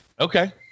Okay